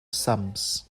sums